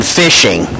fishing